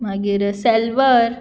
मागीर सॅल्वर